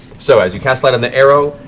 so as you cast light on the arrow,